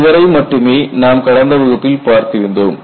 இதுவரை மட்டுமே நாம் கடந்த வகுப்பில் பார்த்திருந்தோம்